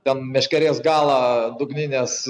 ten meškerės galą dugninės